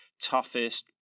toughest